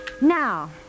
Now